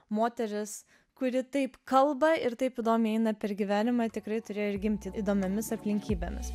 moteris kuri taip kalba ir taip įdomiai eina per gyvenimą tikrai turėjo ir gimti įdomiomis aplinkybėmis